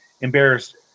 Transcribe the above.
embarrassed